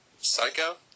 Psycho